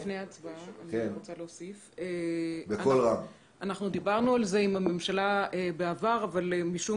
לפני ההצבעה אני רוצה להוסיף שדיברנו על זה עם הממשלה בעבר אבל משום